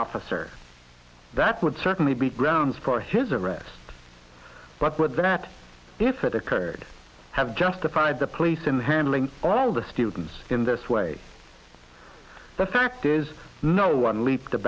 officer that would certainly be grounds for his arrest but that if it occurred have justified the police in handling all the students in this way the fact is no one leap